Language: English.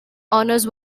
honors